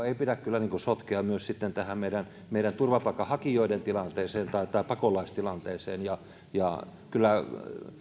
ei pidä kyllä myöskään sotkea tähän turvapaikanhakijoiden tilanteeseen tai tai pakolaistilanteeseen kyllä